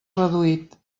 reduït